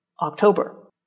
October